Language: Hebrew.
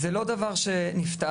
זה לא דבר שנפתר.